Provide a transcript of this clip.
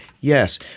Yes